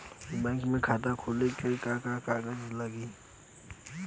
Bank में खाता खोले मे का का कागज लागी?